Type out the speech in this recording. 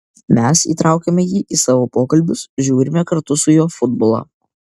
mes įtraukiame jį į savo pokalbius žiūrime kartu su juo futbolą